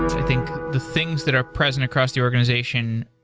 i think the things that are present across the organization,